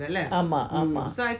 ஆமா ஆமா:ama ama